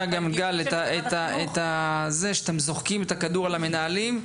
גם גל כזה שאתם זורקים את הכדור על המנהלים.